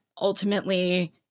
ultimately